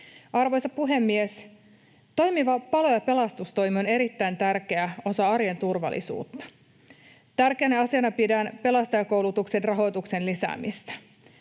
Arvoisa puhemies! Toimiva palo- ja pelastustoimi on erittäin tärkeä osa arjen turvallisuutta. Tärkeänä asiana pidän pelastajakoulutuksen rahoituksen lisäämistä.